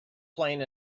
plane